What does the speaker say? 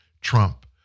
Trump